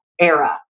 era